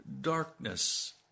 darkness